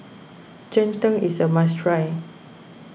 Cheng Tng is a must try